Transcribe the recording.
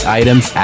items